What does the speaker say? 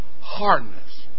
hardness